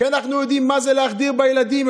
כי אנחנו יודעים מה זה להחדיר בילדים.